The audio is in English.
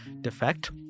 defect